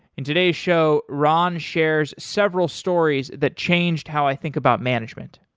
in today's show, ron shares several stories that changed how i think about management.